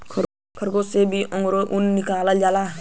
खरगोस से भी अंगोरा ऊन निकालल जाला